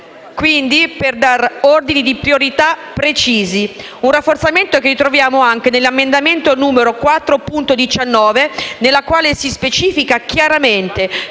quindi per dare ordini di priorità precisi. Un rafforzamento che troviamo anche nell'emendamento 4.19, nel quale si specifica chiaramente